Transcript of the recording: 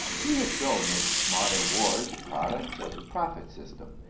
we have shown that modern war is a product of the profit system,